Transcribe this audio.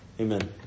Amen